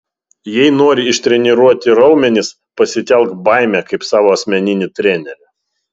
jei nori ištreniruoti raumenis pasitelk baimę kaip savo asmeninį trenerį